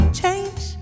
change